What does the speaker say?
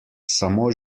samo